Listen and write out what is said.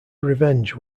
revenge